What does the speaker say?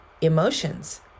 emotions